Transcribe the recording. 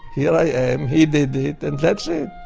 here i am, he did it, and that's it.